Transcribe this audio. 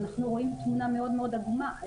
אנחנו רואים תמונה מאוד מאוד עגומה.